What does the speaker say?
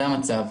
זה המצב.